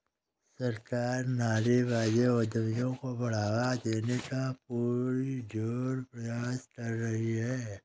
सरकार नारीवादी उद्यमियों को बढ़ावा देने का पुरजोर प्रयास कर रही है